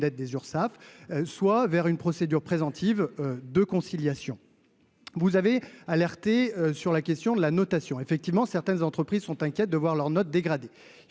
des Urssaf, soit vers une procédure préventive de conciliation, vous avez alerté sur la question de la notation, effectivement, certaines entreprises sont inquiets de voir leur note dégradée,